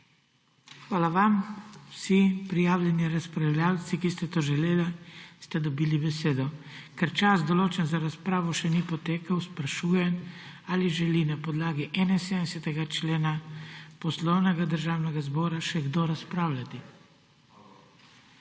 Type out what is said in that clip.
Hvala vam. Vsi prijavljeni razpravljavci, ki ste to želeli, ste dobili besedo. Ker čas, določen za razpravo, še ni potekel, sprašujem, ali želi na podlagi 71. člena Poslovnika Državnega zbora še kdo razpravljati?